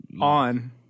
on